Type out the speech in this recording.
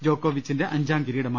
ജോക്കോവിച്ചിന്റെ അഞ്ചാം കിരീടമാണിത്